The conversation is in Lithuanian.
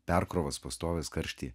perkrovos pastovios karšty